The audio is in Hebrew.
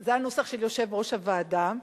זה הנוסח של יושב-ראש הוועדה,